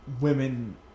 women